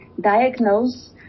diagnose